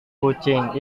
kucing